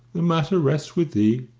the matter rests with thee.